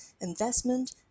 investment